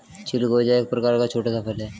चिलगोजा एक प्रकार का छोटा सा फल है